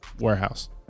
warehouse